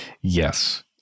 Yes